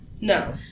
No